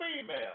female